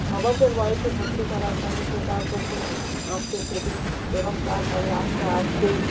ছ বছর বয়সে ভর্তি করার পরে সে তার প্রথম আঁকতে শেখে এবং তার পরে আস্তে আস্তে